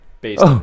based